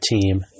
team